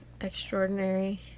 extraordinary